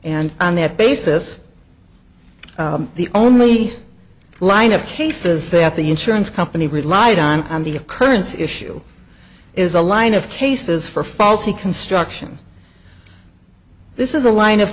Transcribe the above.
and on that basis the only line of cases that the insurance company relied on on the occurrence issue is a line of cases for faulty construction this is a line of